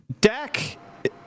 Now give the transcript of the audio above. Dak